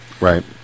Right